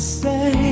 say